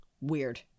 Weird